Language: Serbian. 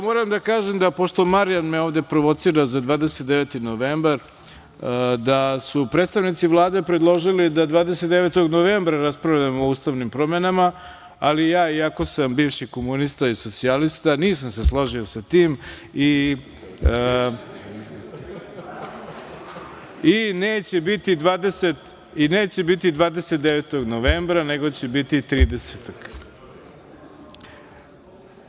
Moram da kažem, pošto me Marijan ovde provocira za 29. novembar, da su predstavnici Vlade predložili da 29. novembra raspravljamo o ustavnim promenama, ali ja, iako sam bivši komunista i socijalista, nisam se složio sa tim i neće biti 29. novembra, nego će biti 30. novembra.